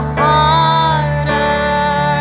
harder